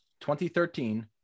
2013